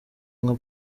nka